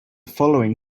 following